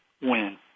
win